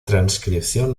transcripción